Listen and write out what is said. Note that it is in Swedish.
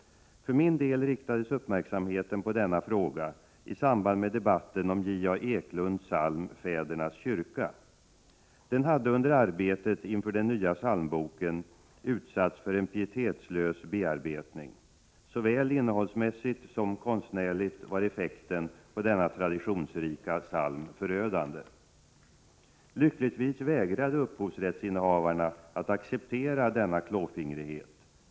För min del riktades uppmärksamheten på denna fråga i samband med debatten om J. A. Eklunds psalm Fädernas kyrka. Den hade under arbetet inför den nya psalmboken utsatts för en pietetslös bearbetning. Såväl innehållsmässigt som konstnärligt var effekten på denna traditionsrika psalm förödande. Lyckligtvis vägrade upphovsrättsinnehavarna att acceptera denna klåfingrighet.